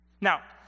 Now